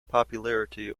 popularity